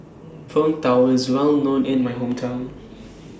Png Tao IS Well known in My Hometown